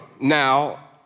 now